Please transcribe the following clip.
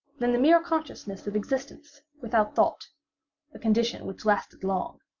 then the mere consciousness of existence, without thought a condition which lasted long.